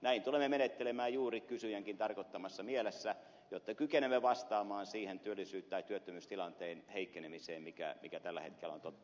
näin tulemme menettelemään juuri kysyjänkin tarkoittamassa mielessä jotta kykenemme vastaamaan siihen työllisyystilanteen heikkenemiseen mikä tällä hetkellä on totta